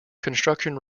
construction